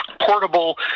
Portable